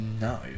no